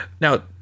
now